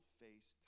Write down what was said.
face